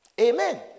Amen